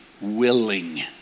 willing